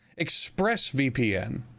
ExpressVPN